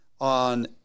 on